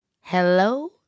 Hello